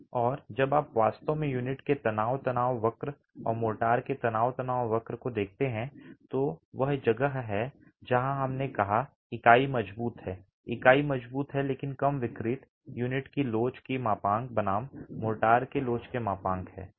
और जब आप वास्तव में यूनिट के तनाव तनाव वक्र और मोर्टार के तनाव तनाव वक्र को देखते हैं तो यह वह जगह है जहां हमने कहा इकाई मजबूत है इकाई मजबूत है लेकिन कम विकृत यूनिट की लोच की मापांक बनाम मोर्टार की लोच के मापांक है